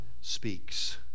speaks